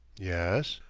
yes?